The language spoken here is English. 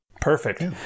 Perfect